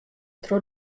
troch